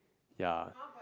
ya